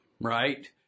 right